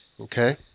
okay